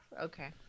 Okay